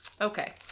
Okay